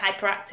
hyperactive